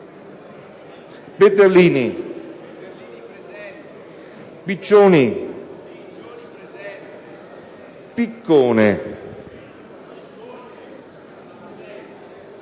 Peterlini, Piccioni, Piccone,